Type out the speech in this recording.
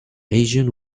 asian